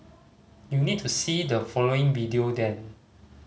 you need to see the following video then